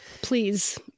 please